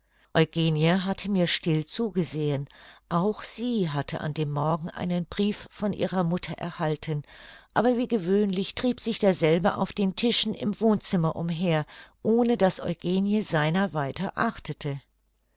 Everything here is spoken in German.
eugenie hatte mir still zugesehen auch sie hatte an dem morgen einen brief von ihrer mutter erhalten aber wie gewöhnlich trieb sich derselbe auf den tischen im wohnzimmer umher ohne daß eugenie seiner weiter achtete